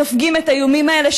סופגים את האיומים האלה,